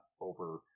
over